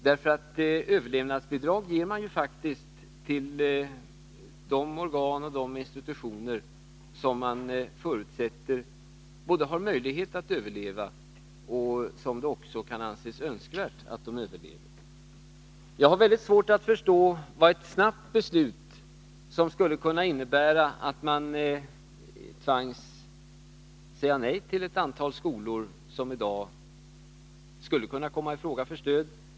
Man ger ju överlevnadsbidrag till de organ och institutioner som man både förutsätter har möjlighet att överleva och anser det önskvärt överlever. Jag har väldigt svårt att förstå vad ett snabbt beslut skulle gagna, som skulle kunna innebära att man tvingades säga nej till ett antal skolor som skulle kunna komma i fråga för stöd.